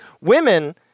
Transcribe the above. women